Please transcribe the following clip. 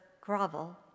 grovel